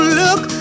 look